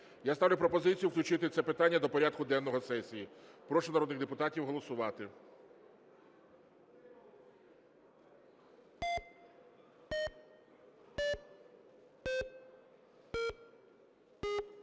Я ставлю пропозицію включити це питання до порядку денного сесії. Прошу народних депутатів голосувати.